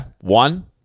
One